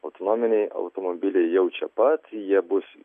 autonominiai automobiliai jau čia pat jie bus